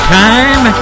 time